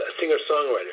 singer-songwriter